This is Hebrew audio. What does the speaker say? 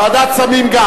ועדת סמים.